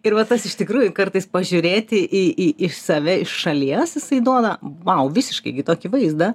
ir va tas iš tikrųjų kartais pažiūrėti į į į save iš šalies jisai duoda wow visiškai kitokį vaizdą